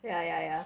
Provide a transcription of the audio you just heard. ya ya ya